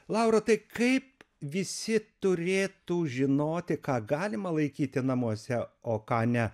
laura tai kaip visi turėtų žinoti ką galima laikyti namuose o ką ne